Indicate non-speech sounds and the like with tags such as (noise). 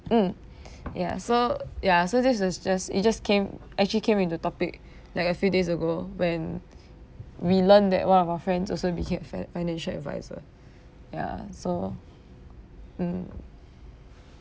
mm (breath) ya so ya so this is just it just came actually came into topic (breath) like a few days ago when (breath) we learn that one of our friends also became a fina~ financial adviser (breath) ya so mm (breath)